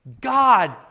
God